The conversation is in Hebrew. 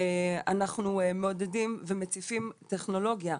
אנחנו מעודדים ומציפים טכנולוגיה,